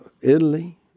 Italy